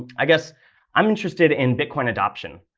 i guess i'm interested in bitcoin adoption.